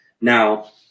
Now